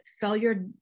failure